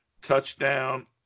Touchdown